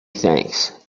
thanks